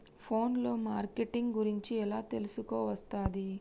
Phone లో marketing గురించి ఎలా తెలుసుకోవస్తది?